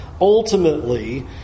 ultimately